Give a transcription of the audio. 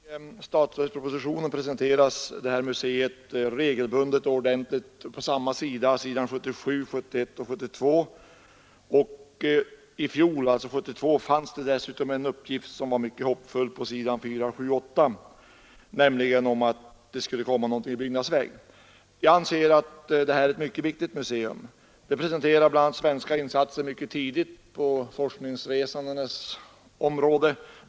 Herr talman! Jag ber att få tacka utbildningsministern för svaret. I statsverkspropositionen presenteras det här museet regelbundet och ordentligt på samma sida åren 1971 och 1972, nämligen s. 77. I fjol fanns det dessutom på s. 478 en uppgift som var mycket hoppingivande, nämligen att det skulle komma någonting i byggnadsväg. Jag anser att det här är ett mycket viktigt museum. Det presenterar bl.a. svenska insatser mycket tidigt på forskningsresandenas område.